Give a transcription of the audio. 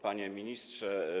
Panie Ministrze!